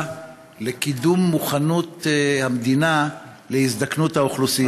לקידום מוכנות המדינה להזדקנות האוכלוסייה.